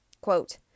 Quote